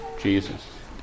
Jesus